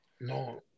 No